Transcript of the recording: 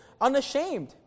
unashamed